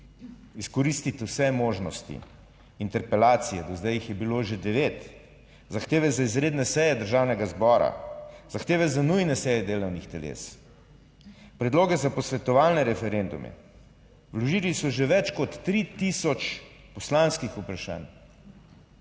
izkoristiti vse možnosti interpelacije, do zdaj jih je bilo že 9, zahteve za izredne seje državnega zbora, zahteve za nujne seje delovnih teles, predloge za posvetovalne referendume. Vložili so že več kot 3000 poslanskih vprašanj.